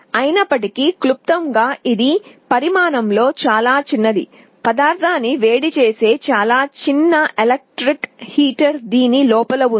అయినప్పటికీ ఇది పరిమాణంలో చాలా చిన్నది లోపల పదార్థాన్ని వేడిచేసే చాలా చిన్న ఎలక్ట్రిక్ హీటర్ ఉంది